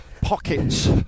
pockets